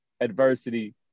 adversity